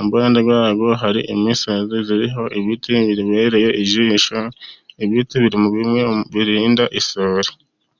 impande zabo hari imisozi iriho ibiti bibereye ijisho. Ibiti biri muri bimwe birinda isuri.